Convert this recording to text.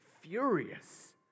furious